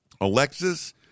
Alexis